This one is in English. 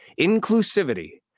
inclusivity